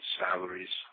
salaries